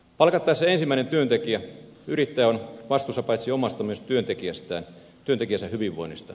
palkatessaan ensimmäisen työntekijän yrittäjä on vastuussa paitsi omasta myös työntekijänsä hyvinvoinnista